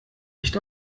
nicht